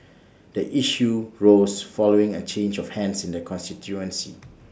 the issue rose following A change of hands in the constituency